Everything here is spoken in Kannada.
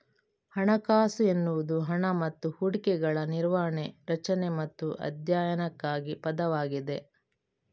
ಹಣಕಾಸು ಎನ್ನುವುದು ಹಣ ಮತ್ತು ಹೂಡಿಕೆಗಳ ನಿರ್ವಹಣೆ, ರಚನೆ ಮತ್ತು ಅಧ್ಯಯನಕ್ಕಾಗಿ ಪದವಾಗಿದೆ